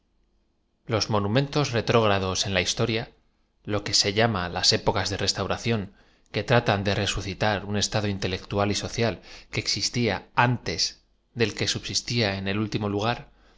los monumentos retrógrados en la historia lo qae se llam a las épocas de restauración que tratan de r e sucitar un estado intelectual y social que existía an tes del que subsistía en el último lugar